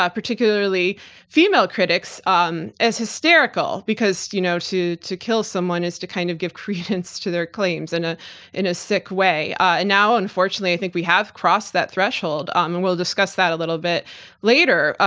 particularly female critics, um as hysterical because you know to to kill someone is to kind of give credence to their claims and ah in a sick way, and now unfortunately i think we have crossed that threshold um and we'll discuss that a little bit later,